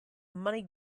money